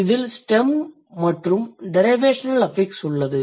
இதில் ஸ்டெம் மற்றும் derivational affix உள்ளது